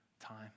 time